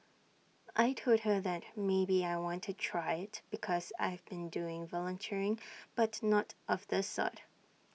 I Told her that maybe I want to try IT because I've been doing volunteering but not of this sort